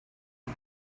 you